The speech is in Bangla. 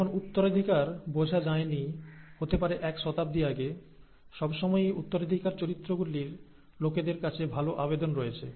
যখন উত্তরাধিকার বোঝা যায় নি হতে পারে এক শতাব্দী আগে সবসময়ই উত্তরাধিকার চরিত্রগুলির লোকদের কাছে ভাল আবেদন রয়েছে